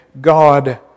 God